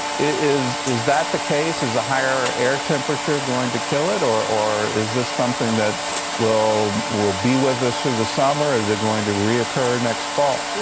is is that the case, is the higher air temperature going to kill it? or or is this something that will will be with us through the summer? is going to reoccur next fall?